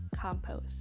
compost